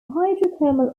hydrothermal